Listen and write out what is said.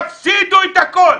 תפסידו את הכול.